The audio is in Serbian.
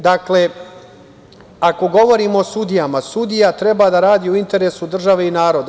Dakle, ako govorimo o sudijama sudija treba da radi u interesu države i naroda.